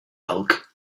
bulk